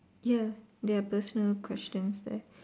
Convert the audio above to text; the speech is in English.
ya there are personal questions there